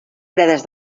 fredes